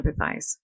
empathize